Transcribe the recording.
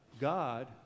God